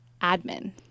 admin